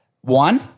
One